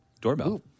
Doorbell